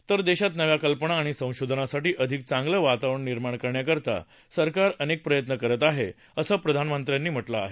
तर देशात नव्या कल्पना आणि संशोधनासाठी अधिक चांगलं वातावरण निर्माण करण्याकरता सरकार अनेक प्रयत्न करत आहे असं प्रधानमत्र्यांनी म्हटलं आहे